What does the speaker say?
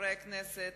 חברי הכנסת,